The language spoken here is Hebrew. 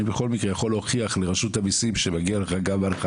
בכל מקרה יכול להוכיח לרשות המיסים שמגיע לכם גם הנחה